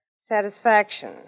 Satisfaction